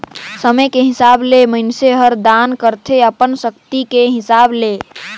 समे के हिसाब ले मइनसे हर दान करथे अपन सक्ति के हिसाब ले